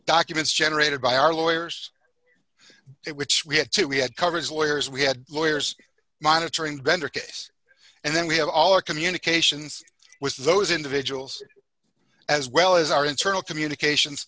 documents generated by our lawyers which we had to we had covered lawyers we had lawyers monitoring bender case and then we have all our communications with those individuals as well as our internal communications